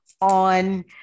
on